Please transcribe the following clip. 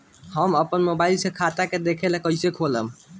हम आपन मोबाइल से खाता के देखेला कइसे खोलम?